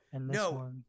no